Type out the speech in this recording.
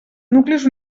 nuclis